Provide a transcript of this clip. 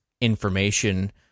information